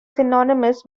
synonymous